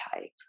type